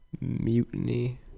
Mutiny